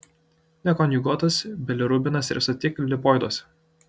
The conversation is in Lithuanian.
nekonjuguotas bilirubinas tirpsta tik lipoiduose